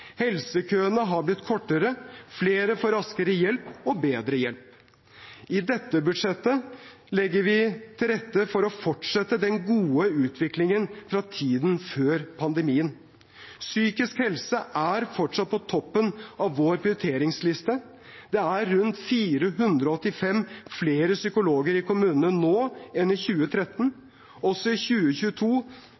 Helsekøene har blitt kortere. Flere får raskere hjelp – og bedre hjelp. I dette budsjettet legger vi til rette for å fortsette den gode utviklingen fra tiden før pandemien. Psykisk helse er fortsatt på toppen av vår prioriteringsliste. Det er rundt 485 flere psykologer i kommunene nå enn i 2013.